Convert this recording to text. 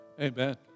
Amen